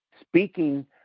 speaking